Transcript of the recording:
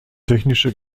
technische